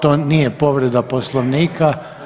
To nije povreda Poslovnika.